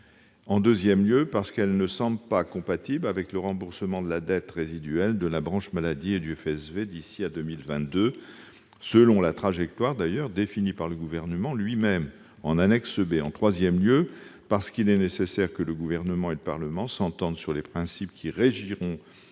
en deuxième lieu, parce qu'elles ne semblent pas compatibles avec le remboursement de la dette résiduelle de la branche maladie et du FSV d'ici à 2022, selon la trajectoire définie par le Gouvernement lui-même en annexe B ; en troisième lieu, parce qu'il est nécessaire que le Gouvernement et le Parlement s'entendent sur les principes qui régiront